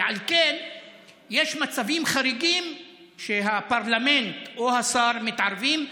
ועל כן יש מצבים חריגים שהפרלמנט או השר מתערבים.